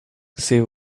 she